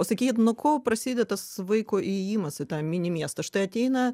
o sakykit nuo ko prasideda vaiko įėjimas į tą mini miestą štai ateina